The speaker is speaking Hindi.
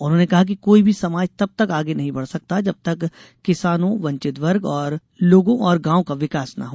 उन्होंने कहा कि कोई भी समाज तब तक आगे नहीं बढ़ सकता जबतक किसानों वंचित वर्ग के लोगों और गांव का विकास न हो